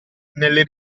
nelle